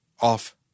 off